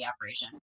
operation